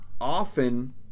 often